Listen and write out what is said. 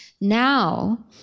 Now